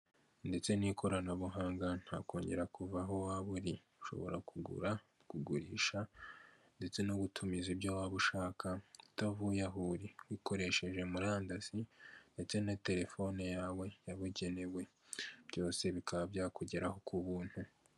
Ndetse n'ikoranabuhanga ntakongera kuba aho waba uri, ushobora kugura, kugurisha ndetse no gutumiza ibyo waba ushaka utavuye aho uri ukoresheje murandasi ndetse na telefone yawe yabugenewe byose bikaba byakugeraho ku buntu.